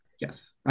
Yes